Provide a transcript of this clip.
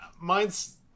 mine's